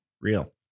Real